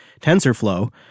TensorFlow